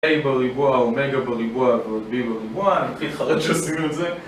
A בריבוע, אומגה בריבוע, ועוד B בריבוע, אני מתחיל להתחרט שעשינו את זה.